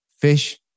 Fish